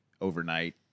overnight